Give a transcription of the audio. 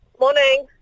Morning